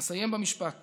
אסיים במשפט